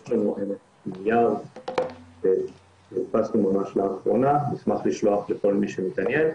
יש לנו נייר שהדפסנו ממש לאחרונה ונשמח לשלוח לכל מי שמתעניין.